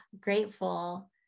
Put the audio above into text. grateful